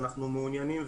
אנחנו מעוניינים,